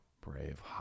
brave